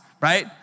right